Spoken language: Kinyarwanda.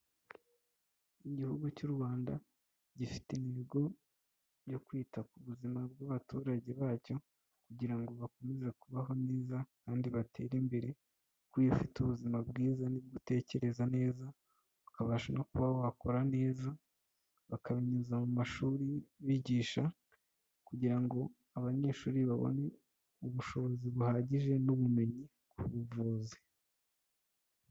Igihugu cy'u Rwanda, gifite intego yo kwita ku buzima bw'abaturage bacyo, kugira ngo bakomeze kubaho neza kandi batere imbere, kuko iyo ufite ubuzima bwiza nibwo utekereza neza, ukabasha no kuba wakora neza, bakabinyuza mu mashuri bigisha, kugira ngo abanyeshuri babone ubushobozi buhagije n'ubumenyi k'ubuvuzi.